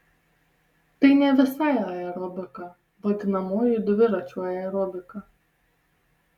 tai ne visai aerobika vadinamoji dviračių aerobika